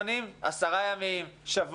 אפשר לקבל לוחות זמנים, 10 ימים, שבוע?